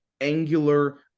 angular